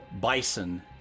bison